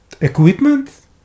equipment